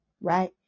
right